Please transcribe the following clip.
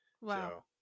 Wow